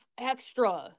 extra